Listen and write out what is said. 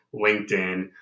LinkedIn